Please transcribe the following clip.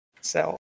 Cell